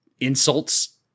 insults